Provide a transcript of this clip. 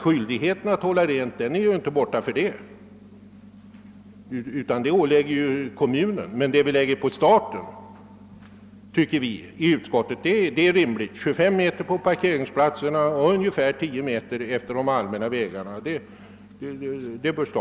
Skyldigheten att hålla marken ren har alltså inte upphört, men den åvilar där kommunen. Vi tycker emellertid inom utskottet att de krav vi ställer på staten är rimliga. Staten bör svara för renhållningen 25 meter utanför parkeringsplatserna och ungefär 10 meter utanför de allmänna vägarna.